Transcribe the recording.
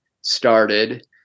started